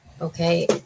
Okay